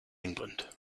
england